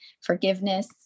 forgiveness